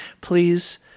please